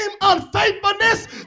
unfaithfulness